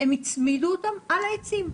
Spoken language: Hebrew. הם הצמידו אותם על העצים,